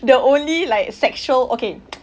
the only like sexual okay